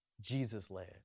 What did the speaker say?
Jesus-led